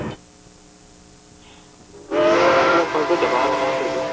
ᱨᱟᱵᱟᱝ ᱫᱚ ᱟᱯᱟᱛᱚᱛᱚ ᱪᱟᱵᱟᱣ ᱠᱟᱱᱟ ᱱᱤᱛᱳᱜ ᱫᱚ